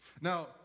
Now